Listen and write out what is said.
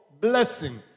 blessing